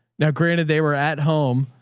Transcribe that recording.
now, granted, they were at home,